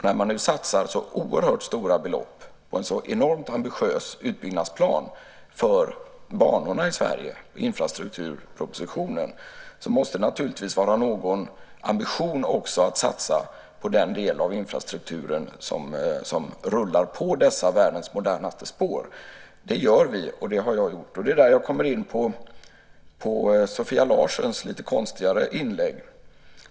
När man nu satsar så oerhört stora belopp på en enormt ambitiös utbyggnadsplan för banorna i Sverige i infrastrukturpropositionen, måste det naturligtvis vara någon ambition att satsa på den del av infrastrukturen som rullar på dessa världens modernaste spår. Det gör vi, och det har jag gjort. Där kommer jag in på Sofia Larsens lite konstiga inlägg.